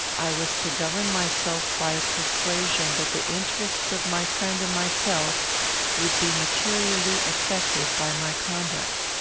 i was to govern myself by a persuasion that the interests of my friend and myself would be materially affected by my conduct.